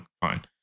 fine